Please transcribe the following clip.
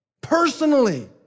Personally